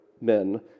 men